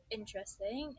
interesting